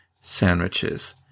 sandwiches